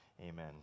amen